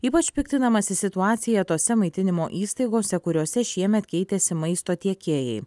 ypač piktinamasi situacija tose maitinimo įstaigose kuriose šiemet keitėsi maisto tiekėjai